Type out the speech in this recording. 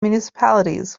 municipalities